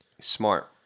Smart